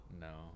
No